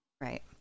Right